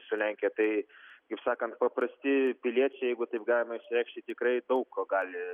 su lenkija tai kaip sakant paprasti piliečiai jeigu taip galima išreikšti tikrai daug ko gali